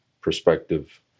perspective